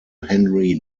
henry